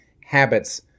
habits